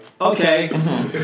okay